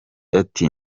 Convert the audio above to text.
ati